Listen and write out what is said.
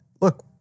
look